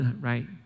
right